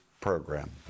program